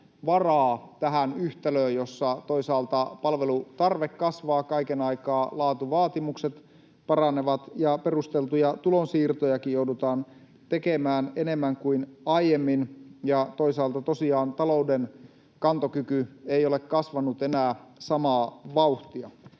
tähän yhtälöön, jossa toisaalta palvelutarve kasvaa kaiken aikaa, laatuvaatimukset paranevat ja perusteltuja tulonsiirtojakin joudutaan tekemään enemmän kuin aiemmin ja toisaalta tosiaan talouden kantokyky ei ole kasvanut enää samaa vauhtia.